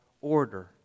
order